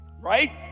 right